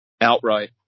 Outright